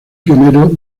pionero